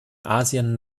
asien